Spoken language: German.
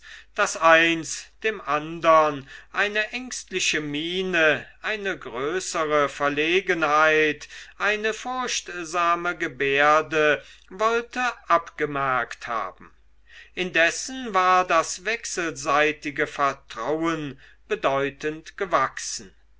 daß eins dem andern eine ängstliche miene eine größere verlegenheit eine furchtsame gebärde wollte abgemerkt haben indessen war das wechselseitige vertrauen bedeutend gewachsen